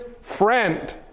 friend